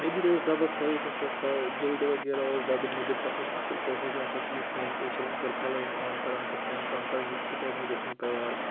نٮ۪بٕرۍ اوس ڈَبَس ہٲیِتھ یُس تَتھ کا جِلدٕ وغیرہ اوس ڈَبہٕ نٮ۪بٕرۍ تَتھ اوس اَصٕل پٲٹھۍ ہٲیتھ یہِ سَا چھِ یِتھ پٲٹھۍ پرٛیٚشَر کُکَر پھَلٲنۍ کٲم کَران پھِستٲنۍ کٲم کَران یِتہِ سٕے ٹایمَس گژھان تَیار